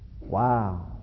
wow